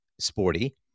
sporty